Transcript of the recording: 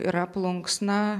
yra plunksna